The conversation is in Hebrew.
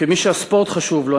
וכמי שהספורט חשוב לו,